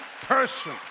person